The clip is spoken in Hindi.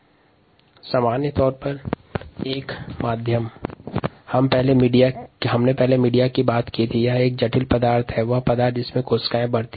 बायोरिएक्टर में उपस्थित माध्यम वह जटिल विलयन होता है जिसमे कोशिकाएँ बढ़ती हैं